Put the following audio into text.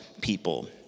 people